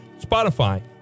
Spotify